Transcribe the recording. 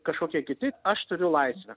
kažkokie kiti aš turiu laisvę